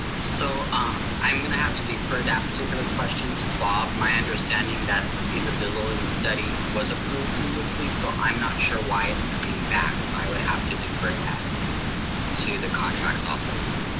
so um i'm gonna have to defer that particular question to bob. my understanding that the feasibility study was approved previously, so i'm not sure why it's coming back. so i would have to defer that to the contracts office.